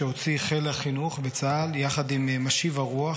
שהוציא חיל החינוך בצה"ל יחד עם "משיב הרוח",